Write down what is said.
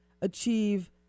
achieve